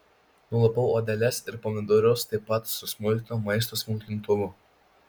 nulupau odeles ir pomidorus taip pat susmulkinau maisto smulkintuvu